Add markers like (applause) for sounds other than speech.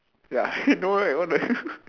ya (laughs) I know right what the hell